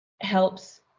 helps